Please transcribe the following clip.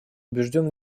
убежден